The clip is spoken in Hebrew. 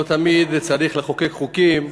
לא תמיד צריך לחוקק חוקים